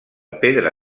pedra